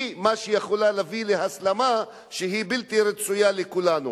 היא מה שיכול להביא להסלמה שהיא בלתי רצויה לכולנו.